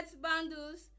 bundles